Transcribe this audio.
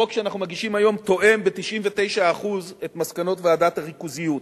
החוק שאנחנו מגישים היום תואם ב-99% את מסקנות ועדת הריכוזיות.